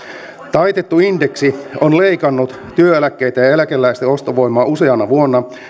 taitettu indeksi on leikannut työeläkkeitä ja ja eläkeläisten ostovoimaa useana vuonna